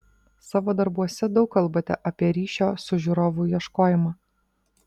savo darbuose daug kalbate apie ryšio su žiūrovu ieškojimą